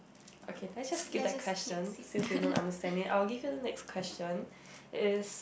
okay can I just give up that question since you are not understanding I will give you next question is